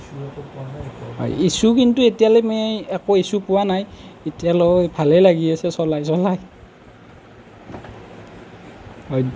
issue কিন্তু এতিয়ালৈ আমি একো ইছ্যু পোৱা নাই এতিয়ালৈ ভালে লাগি আছে চলাই চলাই